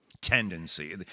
tendency